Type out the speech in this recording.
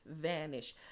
vanish